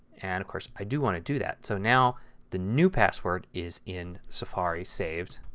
and of course i do want to do that. so now the new password is in safari saved.